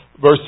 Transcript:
verse